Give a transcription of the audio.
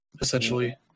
essentially